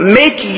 make